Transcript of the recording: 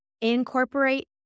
incorporate